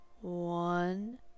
one